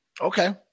Okay